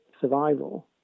survival